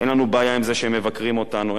אין לנו בעיה עם זה שהם מבקרים אותנו,